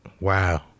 Wow